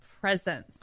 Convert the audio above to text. presence